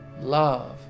love